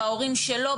בהורים שלו,